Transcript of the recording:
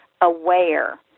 aware